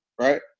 right